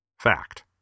Fact